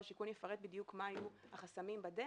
השיכון יפרט בדיוק מה היו החסמים בדרך,